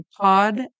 pod